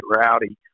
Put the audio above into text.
rowdy